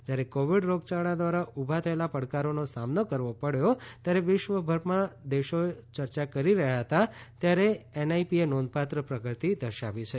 જ્યારે કોવિડ રોગયાળા દ્વારા ઉભા થયેલા પડકારોનો સામનો કરવો પડ્યો ત્યારે વિશ્વભરના દેશો ચર્ચા કરી રહ્યા હતા ત્યારે એનઆઈપીએ નોંધપાત્ર પ્રગતિ દર્શાવી છે